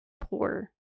Poor